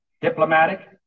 diplomatic